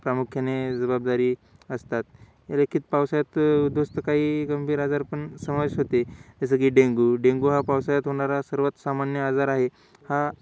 प्रामुख्याने जबाबदारी असतात लेखित पावसाळ्यात उध्वस्त काही गंभीर आजार पण समावेश होते जसं की डेंगू डेंगू हा पावसाळ्यात होणारा सर्वात सामान्य आजार आहे हा